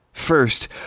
First